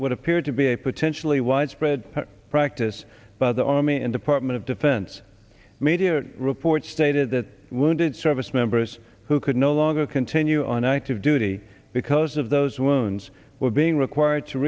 what appeared to be a potentially widespread practice by the army and department of defense media reports stated that wounded service members who could no longer continue on active duty because of those wounds were being required to